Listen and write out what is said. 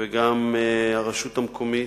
וגם הרשות המקומית,